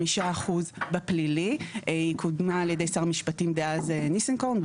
היא קודמה על ידי שר המשפטים דאז ניסנקורן,